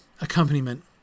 accompaniment